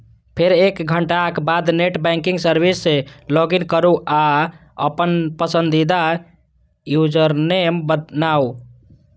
फेर एक घंटाक बाद नेट बैंकिंग सर्विस मे लॉगइन करू आ अपन पसंदीदा यूजरनेम बनाउ